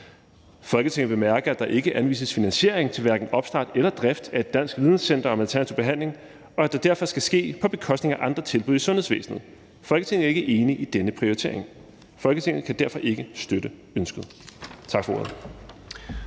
Folketinget bemærker, at der ikke anvises finansiering til hverken opstart eller drift af et dansk videncenter om alternativ behandling, og at det derfor vil ske på bekostning af andre tilbud i sundhedsvæsenet. Folketinget er ikke enig i denne prioritering. Folketinget kan derfor ikke støtte ønsket.« (Forslag